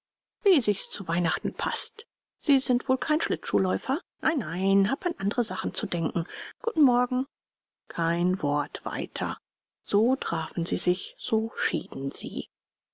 wie sich's zu weihnachten paßt sie sind wohl kein schlittschuhläufer nein nein habe an andere sachen zu denken guten morgen kein wort weiter so trafen sie sich so schieden sie